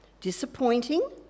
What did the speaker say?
disappointing